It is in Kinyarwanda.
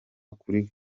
kuri